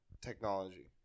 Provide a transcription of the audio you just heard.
technology